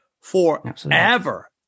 forever